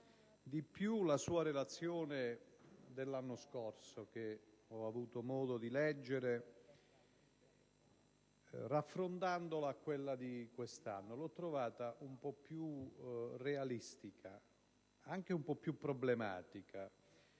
di più la sua relazione dell'anno scorso, che ho avuto modo di leggere e raffrontare a quella di quest'anno: l'ho trovata un po' più realistica, anche un po' più problematica,